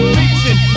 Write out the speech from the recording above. reason